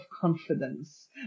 confidence